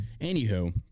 anywho